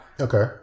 Okay